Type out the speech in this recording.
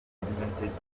invented